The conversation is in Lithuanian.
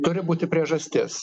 turi būti priežastis